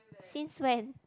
since when